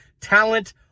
Talent